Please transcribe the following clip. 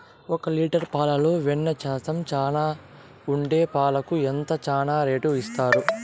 ఒక లీటర్ పాలలో వెన్న శాతం చానా ఉండే పాలకు ఎంత చానా రేటు ఇస్తారు?